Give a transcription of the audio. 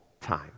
time